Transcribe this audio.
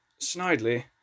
Snidely